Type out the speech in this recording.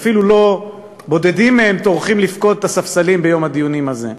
שאפילו לא בודדים מהם טורחים לפקוד את הספסלים ביום הדיונים הזה,